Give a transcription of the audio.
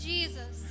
Jesus